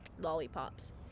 Lollipops